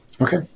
Okay